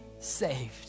saved